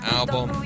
album